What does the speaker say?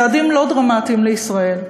צעדים לא דרמטיים לישראל,